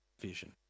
vision